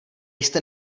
jste